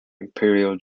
imperial